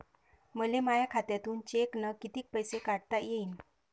मले माया खात्यातून चेकनं कितीक पैसे काढता येईन?